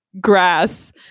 grass